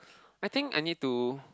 I think I need to